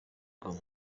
goma